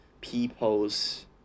people's